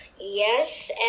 Yes